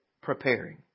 preparing